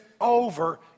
Over